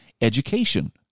education